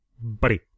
buddy